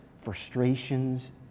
frustrations